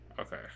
Okay